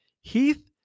Heath